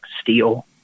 steel